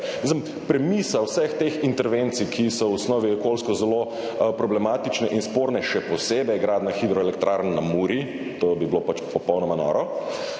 naprej. Premisa vseh teh intervencij, ki so v osnovi okoljsko zelo problematične in sporne, še posebej gradnja hidroelektrarn na Muri, to bi bilo pač popolnoma noro,